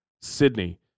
Sydney